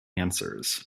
answers